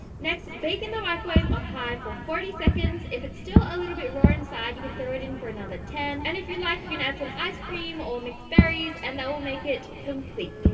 next bake in the microwave on high for forty seconds if its still a little bit raw inside you can throw it in for another ten and if you like you can add some ice cream or mixed berries and that will make it complete.